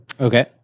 Okay